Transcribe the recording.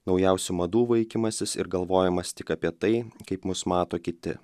naujausių madų vaikymasis ir galvojimas tik apie tai kaip mus mato kiti